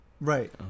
Right